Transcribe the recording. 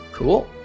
Cool